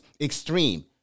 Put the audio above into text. extreme